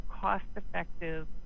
cost-effective